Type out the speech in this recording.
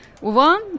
One